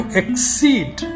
exceed